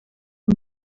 een